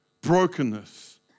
brokenness